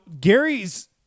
Gary's